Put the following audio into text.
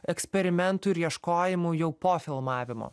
eksperimentų ir ieškojimų jau po filmavimo